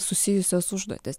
susijusias užduotis